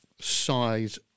size